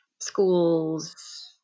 schools